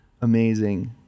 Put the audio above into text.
amazing